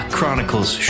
Chronicles